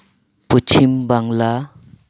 Paschim Bangla